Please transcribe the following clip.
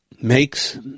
makes